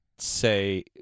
say